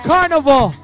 Carnival